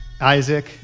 Isaac